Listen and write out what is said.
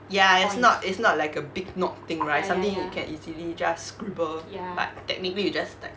ya it's not it's not like a big knob thing right something you can easily just scribble but technically you just like